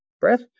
breath